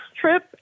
trip